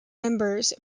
members